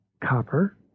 copper